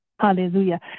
Hallelujah